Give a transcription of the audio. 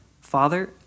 Father